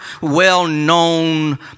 well-known